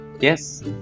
Yes